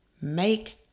Make